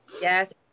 Yes